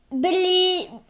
Billy